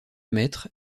mètres